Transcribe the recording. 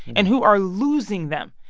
and who are losing them.